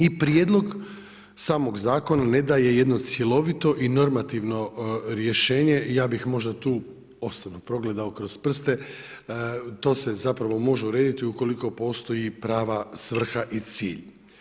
I prijedlog samog zakona ne daje jedno cjelovito i normativno rješenje, ja bih možda osobno tu progledao kroz prste, to se zapravo može urediti ukoliko postoji prava svrha i cilj.